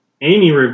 Amy